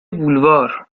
بلوار